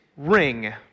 ring